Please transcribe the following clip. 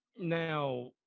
Now